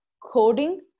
coding